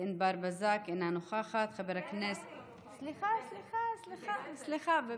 1805, 1806, 1807, 1812 ו-1816.